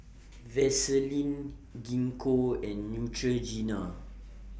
Vaselin Gingko and Neutrogena